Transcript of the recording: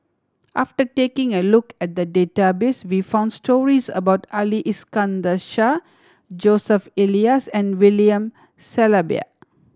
after taking a look at the database we found stories about Ali Iskandar Shah Joseph Elias and William Shellabear